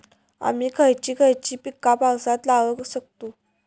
आम्ही खयची खयची पीका पावसात लावक शकतु?